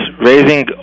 raising